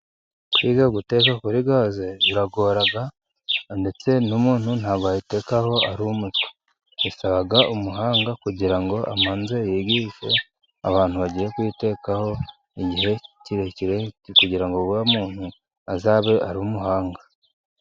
Kwiga guteka kuri gaze biragora, ndetse n'umuntu ntabwo ayitekaho ari umutwe, isaba umuhanga kugira ngo amanze yigishe abantu bagiye kuyitekaho igihe kirekire, kugira ngo wa muntu azabe ari umuhanga.